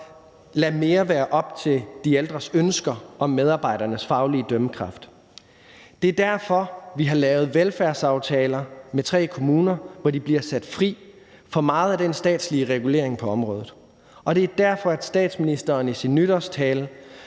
lade mere være op til de ældres ønsker og medarbejdernes faglige dømmekraft. Det er derfor, vi har lavet velfærdsaftaler med tre kommuner, hvor de bliver sat fri af meget af den statslige regulering på området, og det er derfor, at statsministeren i sin nytårstale